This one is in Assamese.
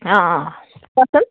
অঁ অঁ কোৱাচোন